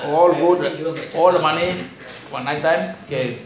all all money okay